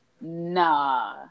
Nah